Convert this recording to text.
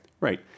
Right